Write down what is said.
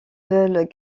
veulent